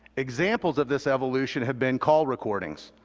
examples of this evolution have been call recordings,